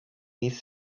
these